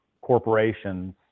corporations